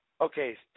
Okay